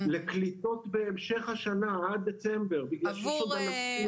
לקליטות בהמשך השנה עד דצמבר בגלל שיש עוד ענפים